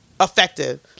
effective